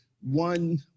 one